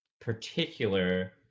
particular